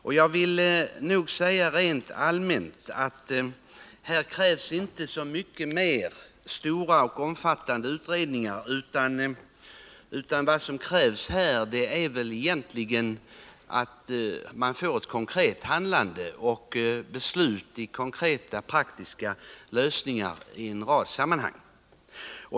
Och rent allmänt kan sägas att det här inte krävs fler stora och omfattande utredningar, utan här krävs ett konkret handlande och beslut som leder till konkreta praktiska lösningar i en rad sammanhang.